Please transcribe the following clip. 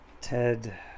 Ted